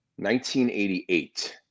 1988